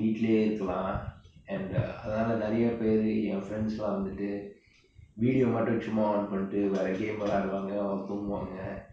வீட்டுலையே இருக்கலாம்:elunthiruchu pothevai illa veetlaiye irukalaam and uh அதுனால நிரைய பேரு என்:athunaala niraya peru yen friends வந்துட்டு:vanthuttu video மட்டும் சும்மா:mattum chumma on பன்னிட்டு வேர:pannittu vera game விளையாடு வாங்க இல்ல தூங்குவாங்க:vilayaadu vaanga illa thoonguvaanga